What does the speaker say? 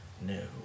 No